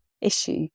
issue